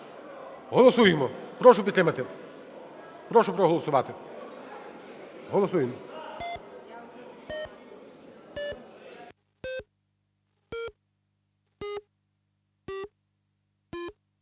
Голосуємо, прошу підтримати. Прошу проголосувати. Голосуємо.